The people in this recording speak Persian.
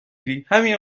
ریهمین